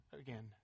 again